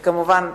וכמובן,